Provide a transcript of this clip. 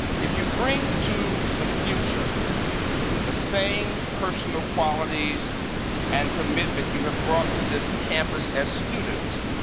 if you bring to the future the same personal qualities and commitment you have brought to this campus as students,